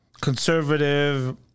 Conservative